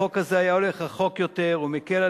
החוק הזה היה הולך רחוק יותר ומקל על